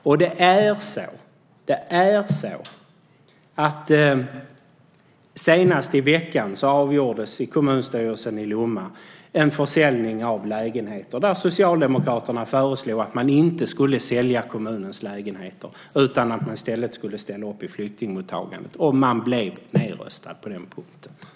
Senast i veckan avgjordes en försäljning av lägenheter i kommunstyrelsen i Lomma, där socialdemokraterna föreslog att man inte skulle sälja kommunens lägenheter utan i stället ställa upp och ta emot flyktingar. Men de blev nedröstade på den punkten.